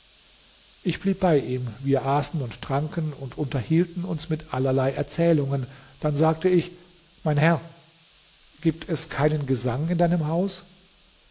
ich blieb bei ihm wir aßen und tranken und unterhielten uns mit allerlei erzählungen dann sagte ich mein herr gibt es keinen gesang in deinem hause